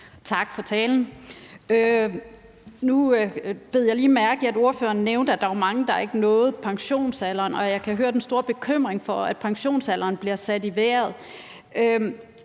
Tak for talen. Nu bed jeg lige mærke i, at ordføreren nævnte, at der var mange, der ikke nåede pensionsalderen. Jeg kan høre den store bekymring for, at pensionsalderen bliver sat i vejret.